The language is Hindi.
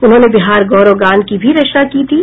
उन्होंने बिहार गौरव गान की रचना भी की थीं